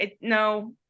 no